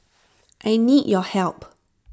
I need your help